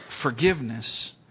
forgiveness